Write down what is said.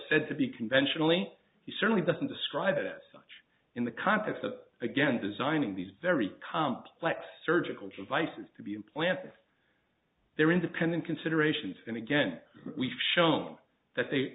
said to be conventionally he certainly doesn't describe it as such in the context that again designing these very complex surgical vices to be implanted there are independent considerations and again we've shown that they